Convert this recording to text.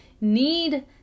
need